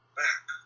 back